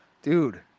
Dude